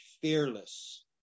fearless